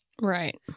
Right